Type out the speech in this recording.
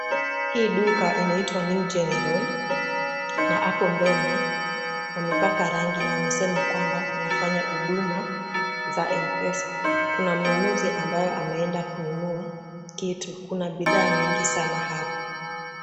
Hii duka inaitwa New General, Na hapo mbele, kuna wamepaka rangi na wamesema kwamba wanafanya huduma za M-Pesa, Kuna mnunuzi ambayo ameenda kununua kitu, kuna bidhaa nyingi sana hapo.